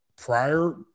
prior